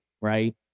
right